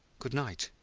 good night,